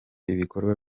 ibikorwa